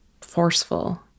forceful